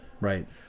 Right